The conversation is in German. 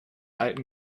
alten